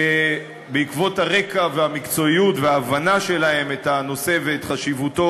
שבעקבות הרקע והמקצועיות וההבנה שלהם את הנושא ואת חשיבותו,